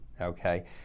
okay